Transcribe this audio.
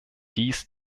dies